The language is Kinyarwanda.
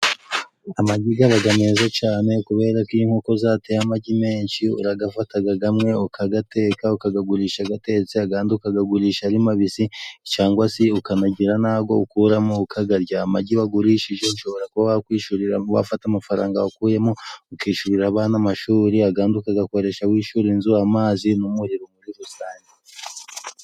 Amagi agaragara meza cyane kubera ko iyo inkoko zateye amagi menshi, urayafata amwe ukayateka ukagurisha atetse, kandi ukayagurisha ari mabisi, cyangwa se ukanagira ayo ukuramo ukayarya. Amagi wagurishije ushobora kuba wakwishyurira, wafata amafaranga ukuyemo ukishyurira abana amashuri, ayandi ukayakoresha wishyura inzu, amazi n'umuriro muri rusange.